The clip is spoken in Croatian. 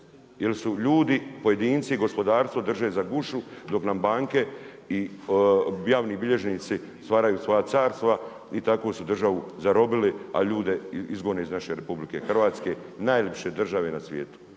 Jer su ljudi, pojedinci, gospodarstvo drže za gušu, dok nam banke i javni bilježnici stvaraju svoja carstva i takvu su državu zarobili, a ljude izgone iz naše RH, najlipše države ne svijetu.